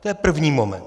To je první moment.